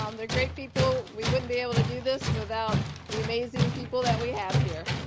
um they're great people. we wouldn't be able to do this without the amazing people that we have here,